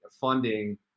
funding